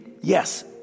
Yes